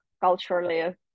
culturally